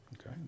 Okay